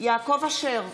יעקב אשר,